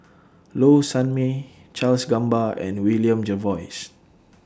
Low Sanmay Charles Gamba and William Jervois